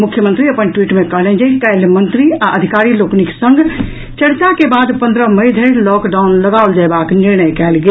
मुख्यमंत्री अपन ट्वीट मे कहलनि जे काल्हि मंत्री आ अधिकारी लोकनिक संग चर्चा के बाद पन्द्रह मई धरि लॉकडाउन लगाओल जयबाक निर्णय कयल गेल